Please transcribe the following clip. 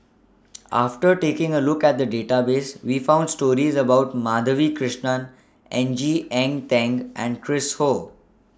after taking A Look At The Database We found stories about Madhavi Krishnan N G Eng Teng and Chris Ho